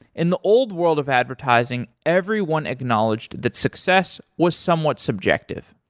in the old world of advertising everyone acknowledged that success was somewhat subjective.